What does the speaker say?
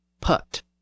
put